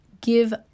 give